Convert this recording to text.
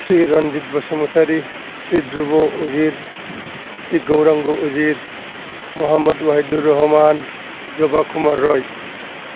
Sri Ranjit Basumatary Shri Dhruba' Ujir Shri Gauranga' Ujir Mohammad Wadud Rahman Joba Kumar Roy